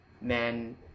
men